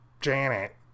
Janet